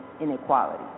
inequality